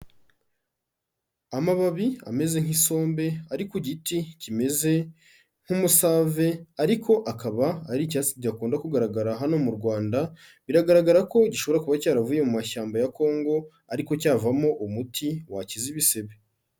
Amababi ameze nk'isombe, ari ku giti kimeze nk'umusave ariko akaba ari icyatsi kidakunda kugaragara hano mu Rwanda, biragaragara ko gishobora kuba cyaravuye mu mashyamba ya Congo, ariko cyavamo umuti wakiza ibisebe.